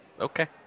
Okay